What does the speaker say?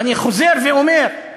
ואני חוזר ואומר: